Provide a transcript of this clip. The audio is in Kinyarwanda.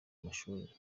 mashuli